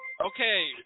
Okay